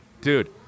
Dude